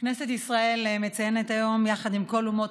כנסת ישראל מציינת היום יחד עם כל אומות